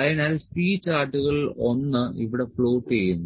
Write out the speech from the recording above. അതിനാൽ സി ചാർട്ടുകളിൽ ഒന്ന് ഇവിടെ പ്ലോട്ട് ചെയ്യുന്നു